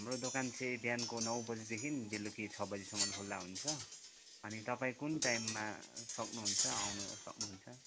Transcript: हाम्रो दोकान चाहिँ बिहानको नौ बजीदेखिन् बेलुकी छ बजीसम्मन् खुल्ला हुन्छ अनि तपाईँ कुन टाइममा सक्नुहुन्छ आउनु सक्नुहुन्छ